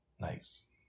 Nice